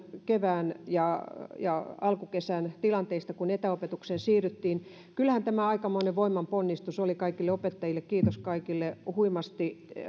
kevään ja ja alkukesän tilanteista kun etäopetukseen siirryttiin kyllähän tämä aikamoinen voimainponnistus oli kaikille opettajille kiitos kaikille huimasta